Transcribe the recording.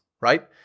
right